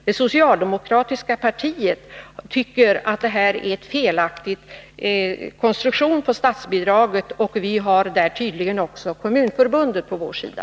Det socialdemokratiska partiet tycker att statsbidraget har en felaktig konstruktion, och tydligen har socialdemokraterna också Kommunförbundet på sin sida.